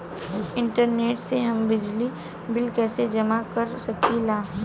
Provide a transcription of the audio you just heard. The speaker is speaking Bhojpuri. इंटरनेट से हम बिजली बिल कइसे जमा कर सकी ला?